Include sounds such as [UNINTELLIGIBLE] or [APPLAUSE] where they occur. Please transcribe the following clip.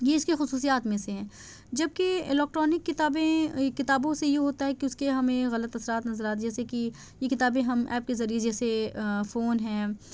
یہ اس کے خصوصیات میں سے ہیں جب کہ الیکٹرانک کتابیں یہ کتابوں سے یہ ہوتا ہے کہ اس کے ہمیں غلط اثرات نظر آ [UNINTELLIGIBLE] جیسے کہ یہ کتابیں ہم ایپ کے ذریعے جیسے فون ہیں